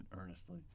earnestly